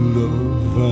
love